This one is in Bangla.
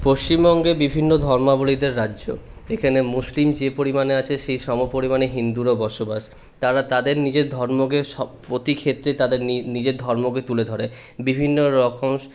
পশ্চিমবঙ্গে বিভিন্ন ধর্মাবলম্বীদের রাজ্য এখানে মুসলিম যে পরিমাণে আছে সেই সম পরিমাণে হিন্দুরও বসবাস তারা তাদের নিজের ধর্মকে সব প্রতিক্ষেত্রে তাদের নি নিজের ধর্মকে তুলে ধরে বিভিন্নরকম